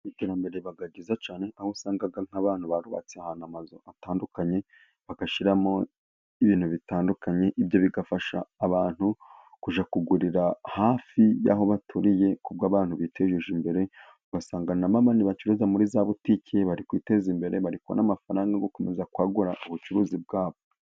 Iterambere riba ryiza cyane, aho usanga nk'abantu barubatse ahantu amazu atandukanye, bagashyiramo ibintu bitandukanye. Ibyo bigafasha abantu kujya kugurira hafi y'aho baturiye ku bw' abantu biteje imbere, ugasanga na ba bantu bacuruza muri za butike bari kwiteza imbere, bari kubona amafaranga yo gukomeza kwagura ubucuruzi bwabo.